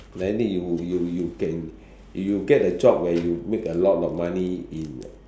whether you you you get in if you get the job where you make a lot of money in the